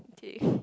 okay